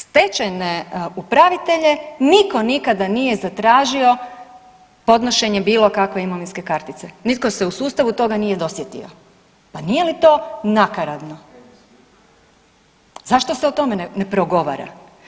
Stečajne upravitelje niko nikada nije zatražio podnošenje bilo kakve imovinske kartice, nitko se u sustavu toga nije dosjetio, pa nije li to nakaradno, zašto se o tome ne progovara?